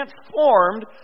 transformed